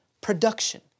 production